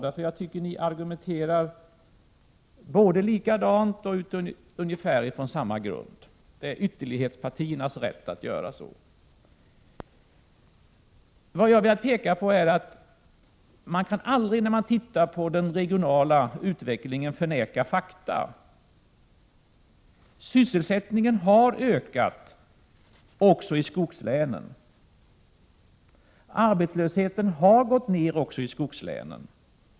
Jag tycker nämligen att ni argumenterar ungefär likadant och utifrån ungefär samma grund — det är ytterlighetspartiernas rätt att göra så. Vad jag har velat peka på är att när man ser på den regionala utvecklingen kan man aldrig förneka fakta. Sysselsättningen har ökat också i skogslänen. Arbetslösheten har gått ned också i skogslänen.